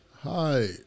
Hi